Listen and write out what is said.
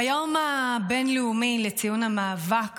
ביום הבין-לאומי לציון המאבק